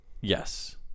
yes